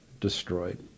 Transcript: destroyed